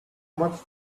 much